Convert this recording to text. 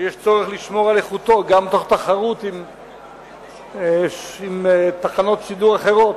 ויש צורך לשמור על איכותו גם תוך תחרות עם תחנות שידור אחרות,